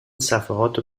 صفحات